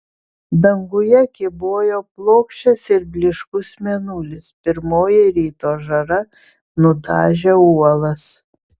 danguje kybojo plokščias ir blyškus mėnulis pirmoji ryto žara nudažė uolas